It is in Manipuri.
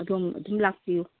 ꯑꯗꯣꯝ ꯑꯗꯨꯝ ꯂꯥꯛꯄꯤꯌꯨ